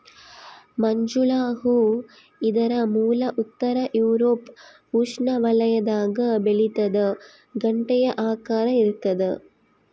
ಮಂಜುಳ ಹೂ ಇದರ ಮೂಲ ಉತ್ತರ ಯೂರೋಪ್ ಉಷ್ಣವಲಯದಾಗ ಬೆಳಿತಾದ ಗಂಟೆಯ ಆಕಾರ ಇರ್ತಾದ